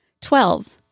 Twelve